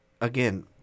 again